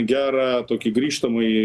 gerą tokį grįžtamąjį